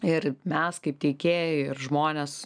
ir mes kaip tiekėjai ir žmonės